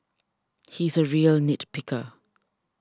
he is a real nit picker